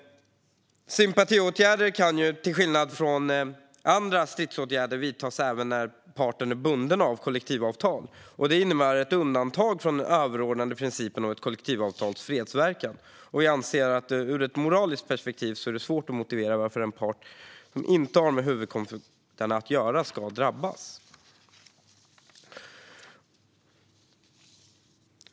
Sympatiåtgärder kan till skillnad från andra stridsåtgärder vidtas även när parten är bunden av kollektivavtal, och det innebär ett undantag från den överordnade principen om ett kollektivavtals fredsverkan. Vi anser att det ur ett moraliskt perspektiv är svårt att motivera varför en part som inte har med huvudkonflikten att göra ska drabbas.